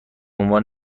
عنوان